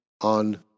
on